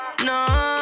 No